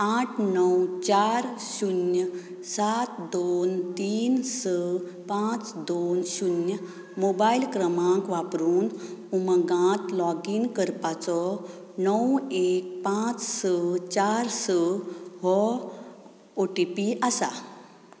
आठ णव चार शुन्य सात दोन तीन स पांच दोन शुन्य मोबायल क्रमांक वापरून उमंगांत लॉगीन करपाचो णव एक पांच स चार स हो ओटीपी आसा